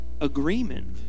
agreement